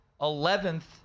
Eleventh